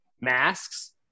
masks